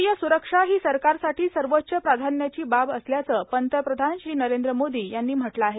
राष्ट्रीय सुरक्षा ही सरकारसाठी सर्वोच्च प्राधान्याची बाब असल्याचं पंतप्रधान श्री नरेंद्र मोदी यांनी म्हटलं आहे